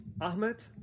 Ahmed